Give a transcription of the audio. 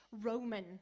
Roman